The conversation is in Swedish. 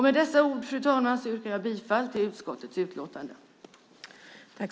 Med dessa ord, fru talman, yrkar jag bifall till utskottets förslag.